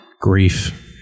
Grief